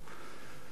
וגדעון,